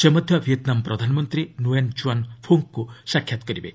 ସେ ମଧ୍ୟ ଭିଏତ୍ନାମ ପ୍ରଧାନମନ୍ତ୍ରୀ ନ୍ୟୁଏନ୍ ଜୁଆନ୍ ଫୁକ୍ଙ୍କୁ ସାକ୍ଷାତ କରିବେ